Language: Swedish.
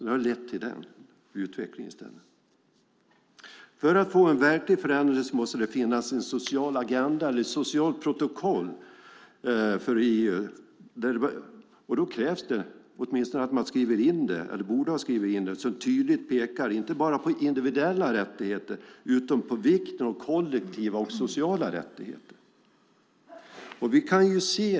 Detta har lett till den utvecklingen i stället. För att få en verklig förändring måste det finnas en social agenda eller ett socialt protokoll för EU. Då krävs det åtminstone att man skriver in det. Man borde ha skrivit in det och tydligt pekat inte bara på individuella rättigheter utan på vikten av kollektiva och sociala rättigheter.